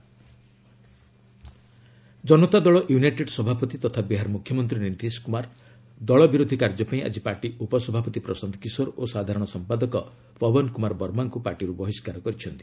କେଡିୟୁ Kishor Pawan expel Janata Dal United ସଭାପତି ତଥା ବିହାର ମ୍ରଖ୍ୟମନ୍ତ୍ରୀ ନୀତିଶ୍ କୁମାର ଦଳ ବିରୋଧି କାର୍ଯ୍ୟପାଇଁ ଆକି ପାର୍ଟି ଉପସଭାପତି ପ୍ରଶାନ୍ତ କିଶୋର ଓ ସାଧାରଣ ସମ୍ପାଦକ ପଓ୍ୱନ୍ କୁମାର ବର୍ମାଙ୍କୁ ପାର୍ଟିରୁ ବହିଷ୍କାର କରିଛନ୍ତି